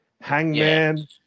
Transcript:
hangman